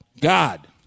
God